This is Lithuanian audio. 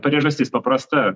priežastis paprasta